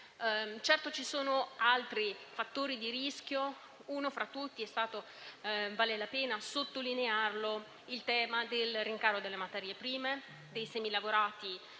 Certo, ci sono altri fattori di rischio; uno fra tutti, vale la pena sottolinearlo, è stato il tema del rincaro delle materie prime, dei semilavorati